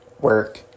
work